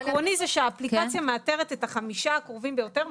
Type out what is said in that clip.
העקרוני זה שהאפליקציה מאתרת את החמישה הקרובים ביותר,